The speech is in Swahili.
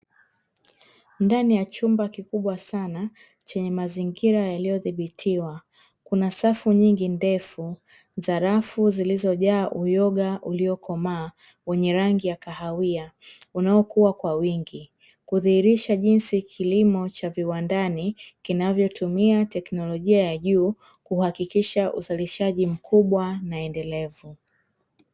Ndani ya chumba kikubwa sana chenye mazingira yaliyodhibitiwa, kuna safu nyingi ndefu za rafu zilizojaa uyoga uliokomaa wenye rangi ya kahawia unaokuwa kwa wingi, kudhihirisha jinsi kilimo cha viwandani kinavyotumia teknolojia ya juu, kuhakikisha uzalishaji mkubwa na endelevu.